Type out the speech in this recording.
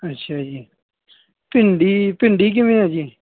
ਅੱਛਾ ਜੀ ਭਿੰਡੀ ਭਿੰਡੀ ਕਿਵੇਂ ਆ ਜੀ